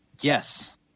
Yes